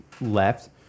left